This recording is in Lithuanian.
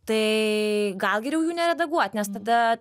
tai gal geriau jų neredaguot nes tada